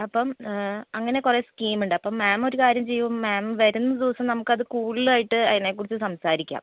അപ്പം അങ്ങനെ കുറേ സ്കീം ഉണ്ട് അപ്പം മാം ഒരു കാര്യം ചെയ്യൂ മാം വരുന്ന ദിവസം നമുക്കത് കൂടുതലായിട്ട് അതിനെ കുറിച്ച് സംസാരിക്കാം